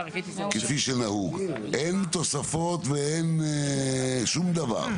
כפי שנהוג, אין תוספות ואין שום דבר.